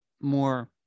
more